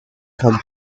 come